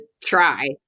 try